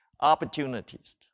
opportunities